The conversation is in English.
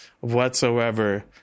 whatsoever